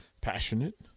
Passionate